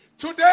Today